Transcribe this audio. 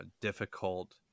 difficult